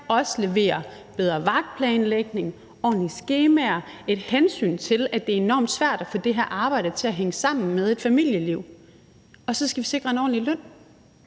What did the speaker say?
også levere en bedre vagtplanlægning, ordentlige skemaer og et hensyn til, at det er enormt svært at få det her arbejde til at hænge sammen med et familieliv, og så skal vi sikre en ordentlig løn,